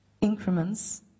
increments